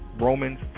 Romans